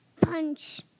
Punch